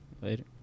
Later